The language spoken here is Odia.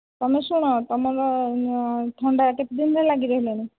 ତୁମେ ଶୁଣ ତୁମର ଥଣ୍ଡା କେତେ ଦିନ ଯାଏଁ ଲାଗି ରହିଲାଣି